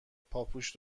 پاپوش